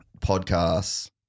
podcasts